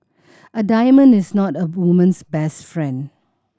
a diamond is not a woman's best friend